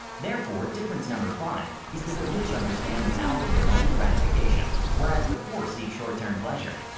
therefore, difference number five is that the rich understand the power of delaying gratification whereas the poor seek short-term pleasure.